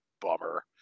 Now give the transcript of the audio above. bummer